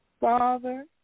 Father